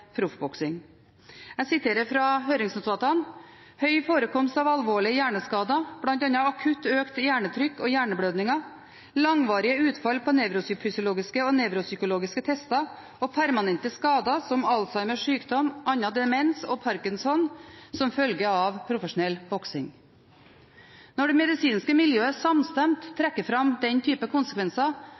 proffboksing. Jeg siterer fra høringsnotatene at det er «høy forekomst av alvorlige hjerneskader, blant annet akutt økt hjernetrykk og hjerneblødninger, langvarige utfall på nevrofysiologiske og nevropsykologiske tester og permanente skader som Alzheimers sykdom, annen demens og parkinsonisme» som følge av profesjonell boksing. Når det medisinske miljøet samstemt trekker fram den typen konsekvenser,